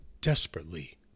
desperately